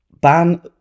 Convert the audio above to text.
ban